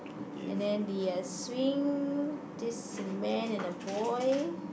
and then the swing this man and a boy